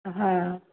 ହଁ